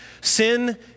Sin